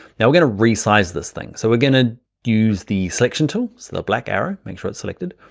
now we're gonna resize this thing. so we're gonna use the selection tool so the black arrow, make sure it's selected.